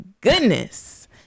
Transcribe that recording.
goodness